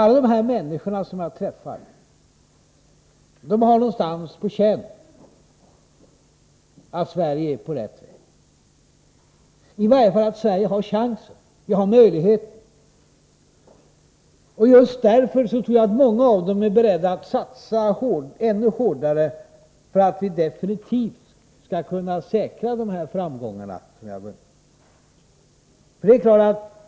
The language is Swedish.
Alla de människor som jag träffar har någonstans på känn att Sverige är på rätt väg, eller i varje fall att Sverige har chansen, har möjligheten. Just därför tror jag att många av dem är beredda att satsa ännu hårdare för att vi definitivt skall kunna säkra dessa framgångar som jag har mött.